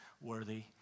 Worthy